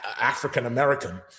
African-American